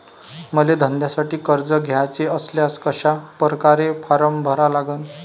मले धंद्यासाठी कर्ज घ्याचे असल्यास कशा परकारे फारम भरा लागन?